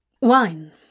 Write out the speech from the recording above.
wine